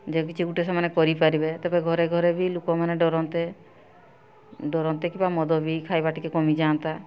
ଯେ କିଛି ଗୋଟେ ସେମାନେ କରିପାରିବେ ତେବେ ଘରେ ଘରେ ବି ଲୋକମାନେ ଡରନ୍ତେ ଡରନ୍ତେ କିବା ମଦ ବି ଖାଇବା ଟିକେ କମିଯାଆନ୍ତା